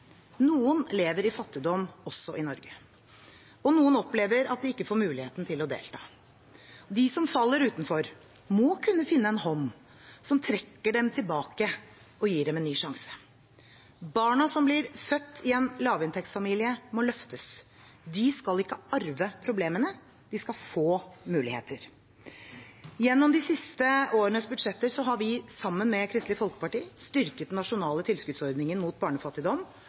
Noen lever i fattigdom også i Norge, og noen opplever at de ikke får muligheten til å delta. De som faller utenfor, må kunne finne en hånd som trekker dem tilbake og gir dem en ny sjanse. Barna som blir født i en lavinntektsfamilie, må løftes. De skal ikke arve problemene. De skal få muligheter. Gjennom de siste årenes budsjetter har vi sammen med Kristelig Folkeparti styrket den nasjonale tilskuddsordningen mot barnefattigdom